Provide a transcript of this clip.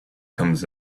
comes